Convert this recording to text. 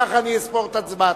כך אני אספור את הצבעתם.